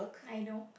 I know